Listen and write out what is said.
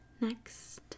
Next